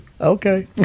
Okay